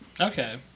Okay